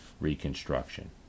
Reconstruction